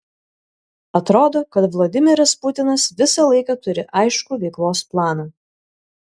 atrodo kad vladimiras putinas visą laiką turi aiškų veiklos planą